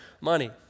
money